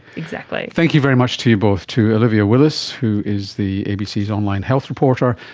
exactly. thank you very much to you both, to olivia willis, who is the abcs online health reporter,